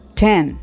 ten